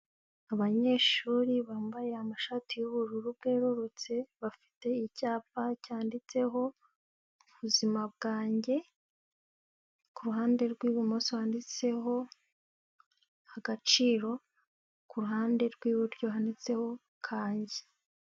Abanyeshuri bambaye amashati y'ubururu bwerurutse, bafite icyapa cyanditseho ubuzima bwanjye, kuruhande rw'ibumoso wanditseho agaciro, ku ruhande rw'iburyo handitseho kanjye.